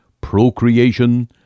procreation